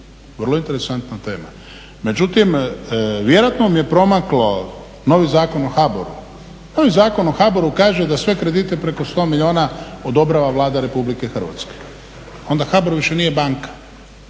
Vrlo interesantna tema. Međutim, vjerojatno vam je promaklo novi zakon o HBOR-u. Novi zakon o HBOR-u kaže da sve kredite preko 100 milijuna odobrava Vlada Republike Hrvatske. Onda HBOR više nije banka,